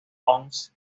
once